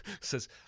says